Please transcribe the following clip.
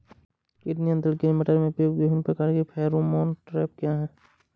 कीट नियंत्रण के लिए मटर में प्रयुक्त विभिन्न प्रकार के फेरोमोन ट्रैप क्या है?